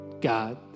God